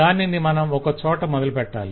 దానిని మనం ఒక చోట మొదలుపెట్టాలి